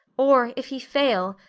or, if he fail,